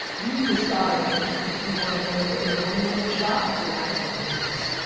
you need to decide if you wanna build a one woman shop or an actual business.